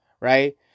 right